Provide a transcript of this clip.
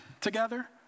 together